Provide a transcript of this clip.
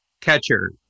catcher